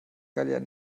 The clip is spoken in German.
gallier